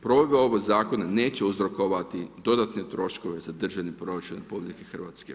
Provedba ovog zakona neće uzrokovati dodatne troškove za državni proračun RH.